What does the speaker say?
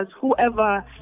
whoever